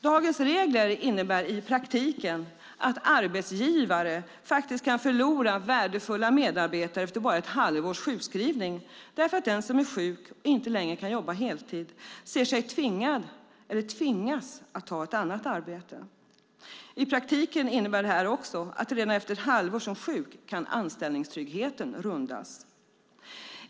Dagens regler innebär i praktiken att arbetsgivare kan förlora värdefulla medarbetare efter bara ett halvårs sjukskrivning, därför att den som är sjuk och inte längre kan jobba heltid tvingas ta ett annat arbete. I praktiken innebär det också att anställningstryggheten kan rundas redan efter ett halvår som sjuk.